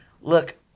look